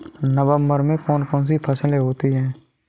नवंबर में कौन कौन सी फसलें होती हैं?